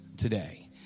today